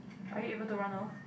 are you able to run off